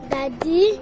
Daddy